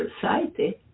society